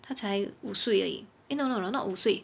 他才五岁而已 eh no no no not 五岁